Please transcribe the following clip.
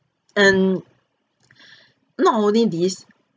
and not only this